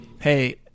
Hey